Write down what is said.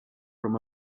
from